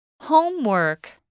Homework